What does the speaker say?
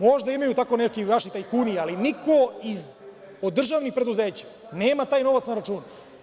Možda imaju tako neki vaši tajkuni, ali niko od državnih preduzeća nema taj novac na računu.